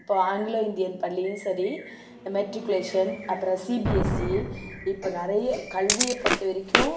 இப்போ Anglo Indian பள்ளியும் சரி மெட்ரிக்குலேஷன் அப்புறம் சிபிஎஸ்சி இப்போ நிறைய கல்வியைப் பொறுத்த வரைக்கும்